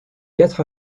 quatre